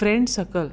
friends circle